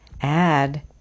add